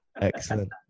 Excellent